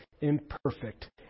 imperfect